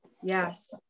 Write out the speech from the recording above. yes